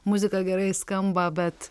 muzika gerai skamba bet